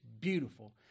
beautiful